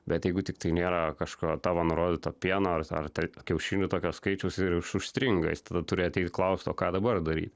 bet jeigu tiktai nėra kažko tavo nurodyto pieno ar tai kiaušinių tokio skaičiaus ir užstringa jis tada turi ateit klaust o ką dabar daryt